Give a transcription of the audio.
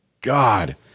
God